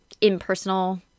impersonal